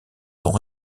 sont